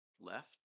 left